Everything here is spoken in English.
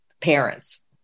parents